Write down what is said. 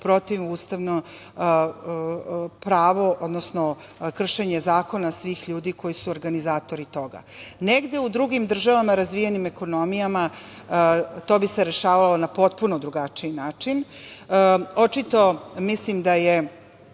protivustavno pravo, odnosno kršenje zakona svih ljudi koji su organizatori toga. Negde u drugim državama, razvijenim ekonomijama, to bi se rešavalo na potpuno drugačiji način. Očito mislim da je